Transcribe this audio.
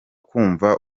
kumva